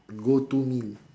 go to meal